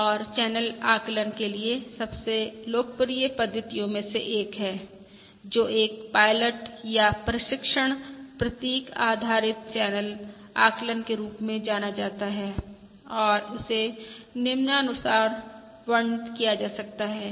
और चैनल आकलन के लिए सबसे लोकप्रिय पद्धतिओं में से है जो एक पायलट या प्रशिक्षण प्रतीक आधारित चैनल आकलन के रूप में जाना जाता है और जिसे निम्नानुसार वर्णित किया जा सकता है